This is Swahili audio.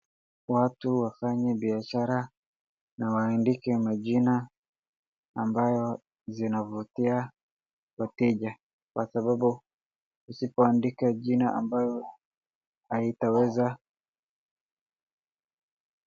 Watu wafanye biashara na waandike majina ambayo zinavutia wateja. Kwa sababu usipo andika jina ambayo haitaweza...